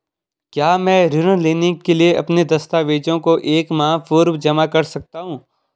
क्या मैं ऋण लेने के लिए अपने दस्तावेज़ों को एक माह पूर्व जमा कर सकता हूँ?